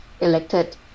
elected